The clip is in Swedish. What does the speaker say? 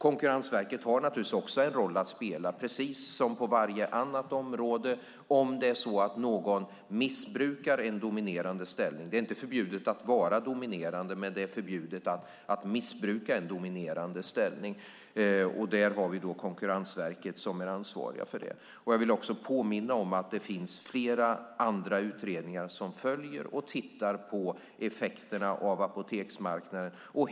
Konkurrensverket har naturligtvis också en roll att spela, precis som på varje annat område, om någon missbrukar en dominerande ställning. Det är inte förbjudet att vara dominerande, men det är förbjudet att missbruka en dominerande ställning. Där är Konkurrensverket ansvarigt. Jag vill också påminna om att flera andra utredningar följer och tittar på effekterna på apoteksmarknaden.